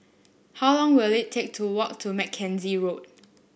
how long will it take to walk to Mackenzie Road